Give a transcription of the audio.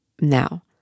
now